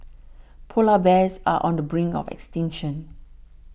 Polar Bears are on the brink of extinction